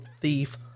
thief